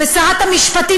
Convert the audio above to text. ושרת המשפטים,